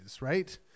right